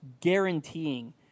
guaranteeing